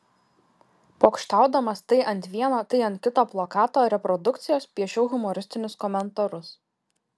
pokštaudamas tai ant vieno tai ant kito plakato reprodukcijos piešiau humoristinius komentarus